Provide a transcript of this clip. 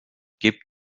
gibt